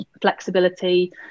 flexibility